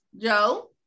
Joe